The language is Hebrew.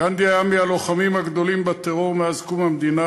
גנדי היה מהלוחמים הגדולים בטרור מאז קום המדינה,